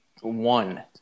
one